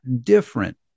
different